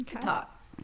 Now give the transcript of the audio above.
talk